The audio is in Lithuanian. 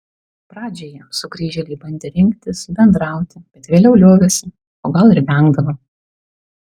pradžioje sugrįžėliai bandė rinktis bendrauti bet vėliau liovėsi o gal ir vengdavo